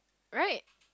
right